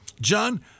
John